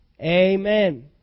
Amen